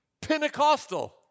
Pentecostal